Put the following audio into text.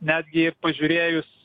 netgi pažiūrėjus